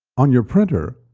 on your printer,